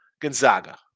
Gonzaga